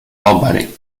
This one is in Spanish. company